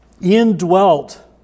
indwelt